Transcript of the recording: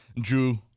Drew